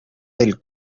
del